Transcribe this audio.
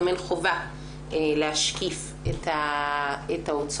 אין חובה להשקיף את ההוצאות.